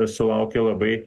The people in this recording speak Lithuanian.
sulaukė labai